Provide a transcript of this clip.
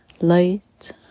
light